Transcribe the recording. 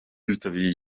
bitabiriye